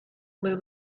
only